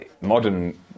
modern